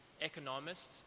economists